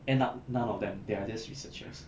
end up none of them they're just researchers